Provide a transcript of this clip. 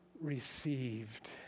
received